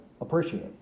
appreciate